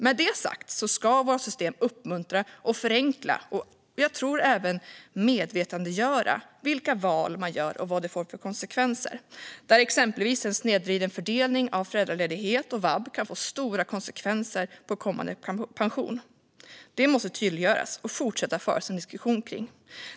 Med detta sagt ska våra system uppmuntra och förenkla och, tror jag, även medvetandegöra vilka val man gör och vad de får för konsekvenser. Exempelvis kan en snedvriden fördelning av föräldraledighet och vab få stora konsekvenser för kommande pension. Det måste tydliggöras, och det måste fortsätta föras en diskussion om det.